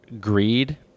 greed